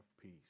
peace